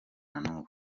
n’ubu